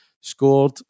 scored